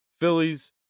Phillies